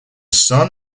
son